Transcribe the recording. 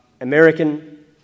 American